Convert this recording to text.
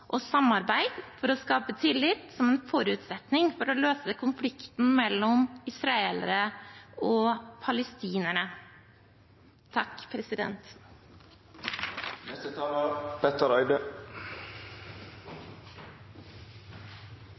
og samarbeid for å skape tillit, som en forutsetning for å løse konflikten mellom israelerne og palestinerne.